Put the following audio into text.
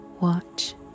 Watch